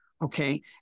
Okay